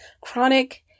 chronic